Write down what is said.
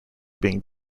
being